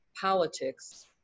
politics